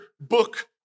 book